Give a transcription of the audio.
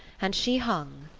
and she hung,